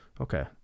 okay